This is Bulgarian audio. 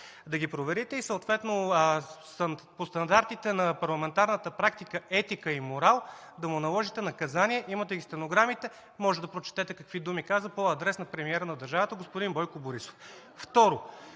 да проверите и съответно по стандартите на парламентарната практика, етика и морал да му наложите наказание. Имате стенограмите и можете да прочетете какви думи каза по адрес на премиера на държавата господин Бойко Борисов.